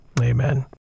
Amen